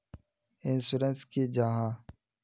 Insurance की जाहा?